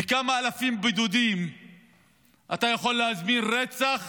בכמה אלפים בודדים אתה יכול להזמין רצח